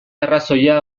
arrazoia